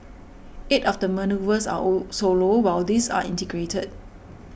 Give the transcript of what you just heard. eight of the manoeuvres are all solo while these are integrated